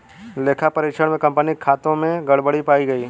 लेखा परीक्षण में कंपनी के खातों में गड़बड़ी पाई गई